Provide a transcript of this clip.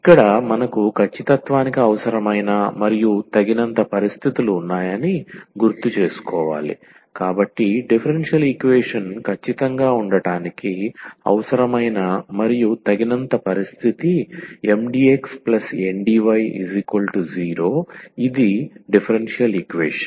ఇక్కడ మనకు ఖచ్చితత్వానికి అవసరమైన మరియు తగినంత పరిస్థితులు ఉన్నాయని గుర్తుచేసుకోవాలి కాబట్టి డిఫరెన్షియల్ ఈక్వేషన్ ఖచ్చితంగా ఉండటానికి అవసరమైన మరియు తగినంత పరిస్థితి MdxNdy0 ఇది డిఫరెన్షియల్ ఈక్వేషన్